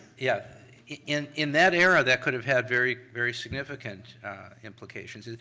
yeah in in that era, that could have had very very significant implications.